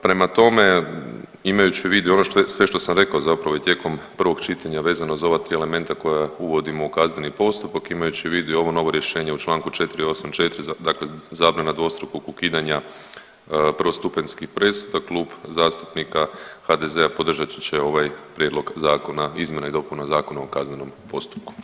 Prema tome, imajući u vidu i ono sve što sam rekao zapravo i tijekom prvog čitanja vezano za ova tri elementa koja uvodimo u kazneni postupak, imajući u vidu i ovo novo rješenje u Članku 484. dakle zabrana dvostrukog ukidanja prvostupanjskih presuda, Klub zastupnika HDZ-a podržati će ovaj prijedlog Zakona izmjena i dopuna Zakona o kaznenom postupku.